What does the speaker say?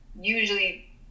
usually